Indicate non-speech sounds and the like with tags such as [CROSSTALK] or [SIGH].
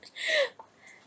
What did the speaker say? [BREATH]